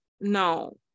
no